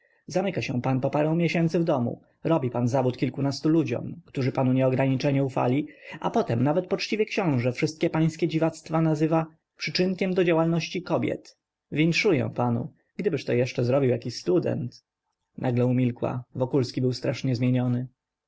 zamyka się pan po parę miesięcy w domu robi pan zawód kilkunastu ludziom którzy mu nieograniczenie ufali a potem nawet poczciwy książe wszystkie pańskie dziwactwa nazywa przyczynkiem do działalności kobiet winszuję panu gdybyż to jeszcze zrobił jaki student nagle umilkła wokulski był strasznie zmieniony